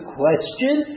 question